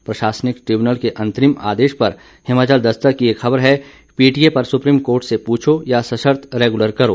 प्रशासनिक ट्रिब्यूनल के अंतरिम आदेश पर हिमाचल दस्तक की एक खबर है पीटीए पर सुप्रीम कोर्ट से पुछो या सर्शत रेगुलर करो